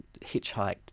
hitchhiked